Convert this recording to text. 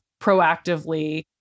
proactively